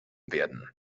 werden